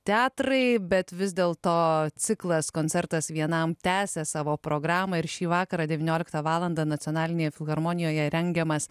teatrai bet vis dėlto ciklas koncertas vienam tęsia savo programą ir šį vakarą devynioliktą valandą nacionalinėje filharmonijoje rengiamas